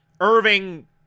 Irving